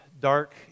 dark